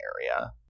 area